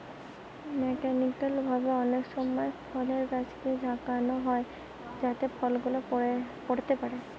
mechanical ভাবে অনেক সময় ফলের গাছকে ঝাঁকানো হয় যাতে ফল গুলা পড়তে পারে